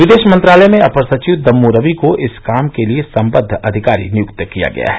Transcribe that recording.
विदेश मंत्रालय में अपर सचिव दम्मू रवि को इस काम के लिए संबद्ध अधिकारी नियुक्त किया गया है